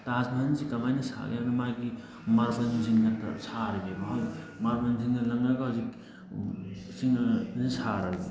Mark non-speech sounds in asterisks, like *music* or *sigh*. ꯇꯥꯖ ꯃꯍꯜꯁꯤ ꯀꯃꯥꯏꯅ ꯁꯥꯒꯦ ꯍꯥꯏꯕꯗ ꯃꯥꯒꯤ ꯃꯥꯁꯟꯁꯤꯡꯅ ꯁꯥꯔꯤꯅꯦꯕ ꯃꯥꯔꯕꯜꯁꯤꯡꯅ ꯂꯪꯉꯒ ꯍꯧꯖꯤꯛ *unintelligible*